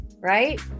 right